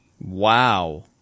Wow